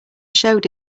showed